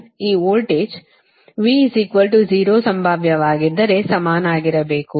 ಈ voltage V 0 ಸಂಭಾವ್ಯವಾಗಿದ್ದರೆ ಸಮನಾಗಿರಬೇಕು